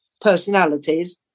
personalities